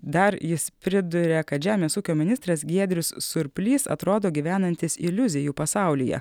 dar jis priduria kad žemės ūkio ministras giedrius surplys atrodo gyvenantis iliuzijų pasaulyje